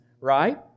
right